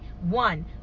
One